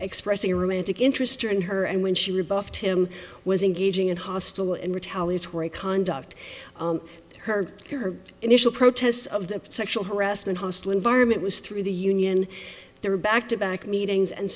expressing a romantic interest in her and when she rebuffed him was engaging in hostile and retaliatory conduct her her initial protests of the sexual harassment hostile environment was through the union they were back to back meetings and